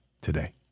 today